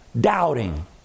Doubting